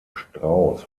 strauß